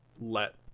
let